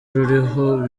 ruriho